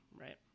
right